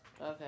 Okay